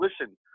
listen